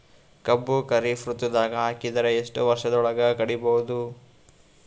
ಕಬ್ಬು ಖರೀಫ್ ಋತುದಾಗ ಹಾಕಿದರ ಎಷ್ಟ ವರ್ಷದ ಒಳಗ ಕಡಿಬಹುದು?